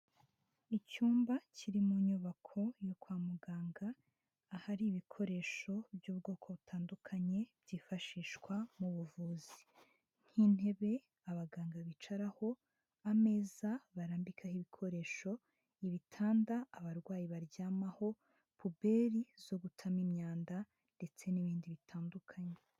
Icyumba kiri mu nyubako yo kwa muganga, ahari ibikoresho by'ubwoko butandukanye byifashishwa mu buvuzi: nk'intebe abaganga bicaraho, ameza barambikaho ibikoresho, ibitanda abarwayi baryamaho, puberi zo gutama imyanda ndetse n'ibindi bitandukanye.